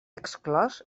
exclòs